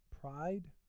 pride